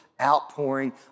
outpouring